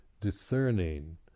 discerning